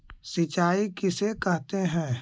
सिंचाई किसे कहते हैं?